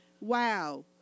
wow